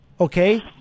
okay